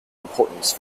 importance